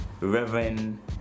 Reverend